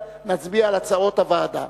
נצביע על הצעות הוועדה.